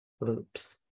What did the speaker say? loops